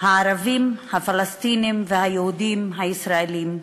הערבים הפלסטינים והיהודים הישראלים,